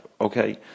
okay